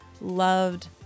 loved